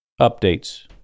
updates